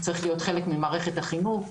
ב-2018,